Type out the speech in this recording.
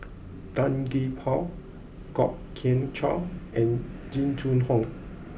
Tan Gee Paw Kwok Kian Chow and Jing Jun Hong